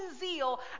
zeal